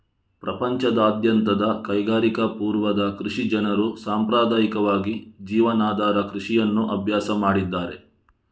ಪ್ರಪಂಚದಾದ್ಯಂತದ ಕೈಗಾರಿಕಾ ಪೂರ್ವದ ಕೃಷಿ ಜನರು ಸಾಂಪ್ರದಾಯಿಕವಾಗಿ ಜೀವನಾಧಾರ ಕೃಷಿಯನ್ನು ಅಭ್ಯಾಸ ಮಾಡಿದ್ದಾರೆ